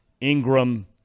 Ingram